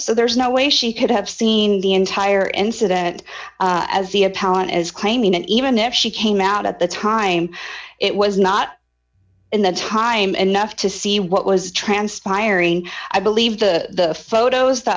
so there's no way she could have seen the entire incident as the palin is claiming even if she came out at the time it was not in the time enough to see what was transpiring i believe the photos that